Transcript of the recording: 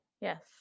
Yes